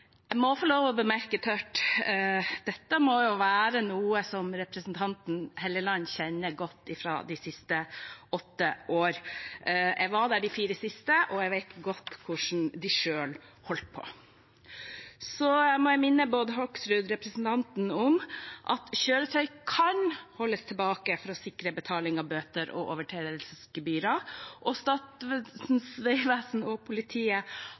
Jeg må få lov til å bemerke tørt: Dette må være noe som representanten Helleland kjenner godt fra de siste åtte år. Jeg var der de fire siste, og jeg vet godt hvordan de selv holdt på. Så må jeg minne representanten Bård Hoksrud om at kjøretøy kan holdes tilbake for å sikre betaling av bøter og overtredelsesgebyrer, og Statens vegvesen og politiet